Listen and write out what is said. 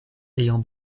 ayant